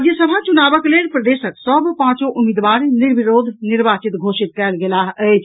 राज्यसभा चुनावक लेल प्रदेशक सभ पांचो उम्मीदवार निर्विरोध निर्वाचित घोषित कयल गेलाह अछि